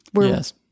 Yes